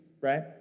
right